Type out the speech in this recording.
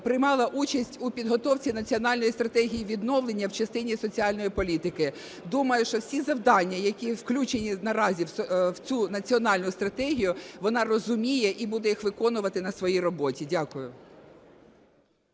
приймала участь у підготовці Національної стратегії відновлення в частині соціальної політики. Думаю, що всі завдання, які включені наразі в цю національну стратегію, вона розуміє і буде їх виконувати на своїй роботі. Дякую.